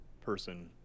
person